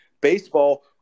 Baseball